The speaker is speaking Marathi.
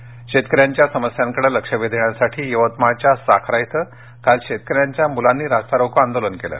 यवतमाळ शेतकऱ्यांच्या समस्यांकडे लक्ष वेधण्यासाठी यवतमाळच्या साखरा इथं काल शेतकऱ्यांच्य मुलांनी रास्ता रोको आंदोलन केलं